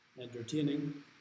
entertaining